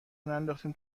ننداختیم